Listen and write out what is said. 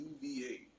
UVA